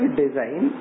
design